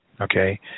Okay